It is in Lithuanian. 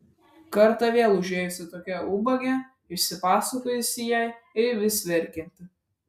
kartą vėl užėjusi tokia ubagė išsipasakojusi jai ir vis verkianti